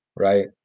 Right